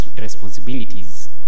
responsibilities